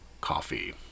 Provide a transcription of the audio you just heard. Coffee